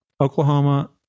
Oklahoma